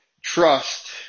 trust